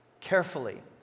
carefully